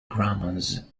grammars